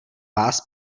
vás